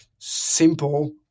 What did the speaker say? simple